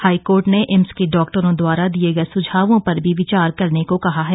high court ने एम्स के डॉक्टरों दवारा दिये गए सुझावों पर भी विचार करने को कहा है